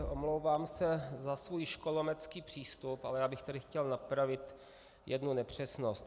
Omlouvám se za svůj školometský přístup, ale já bych tady chtěl napravit jednu nepřesnost.